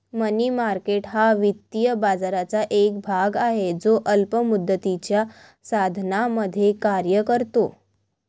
मनी market हा वित्तीय बाजाराचा एक भाग आहे जो अल्प मुदतीच्या साधनांमध्ये कार्य करतो